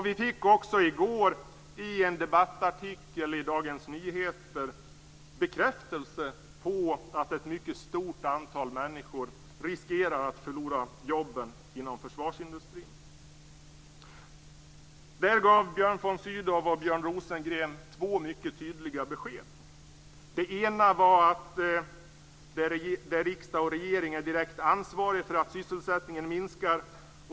Vi fick också i går i en debattartikel i Dagens Nyheter bekräftelse på att ett mycket stort antal människor riskerar förlora jobben inom försvarsindustrin. Där gav Björn von Sydow och Björn Rosengren två mycket tydliga besked. Det ena beskedet var att det är riksdag och regering som är direkt ansvariga för att sysselsättningen minskar.